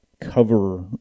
cover